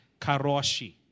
karoshi